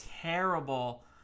terrible